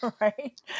Right